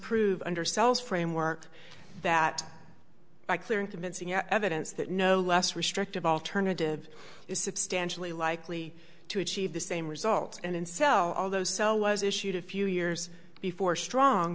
prove undersells framework that by clear and convincing evidence that no less restrictive alternative is substantially likely to achieve the same results and in cell all those cell was issued a few years before strong